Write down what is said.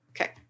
Okay